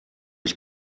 ich